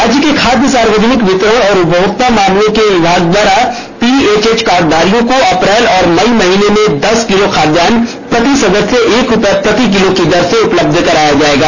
राज्य के खाद्य सार्वजनिक वितरण और उपभोक्ता मामले विभाग द्वारा पीएचएच कार्डधारियों को अप्रैल और मई महीने में दस किलो खाद्यान प्रति सदस्य एक रूपये प्रति किलो की दर से उपलब्ध कराया जाएगा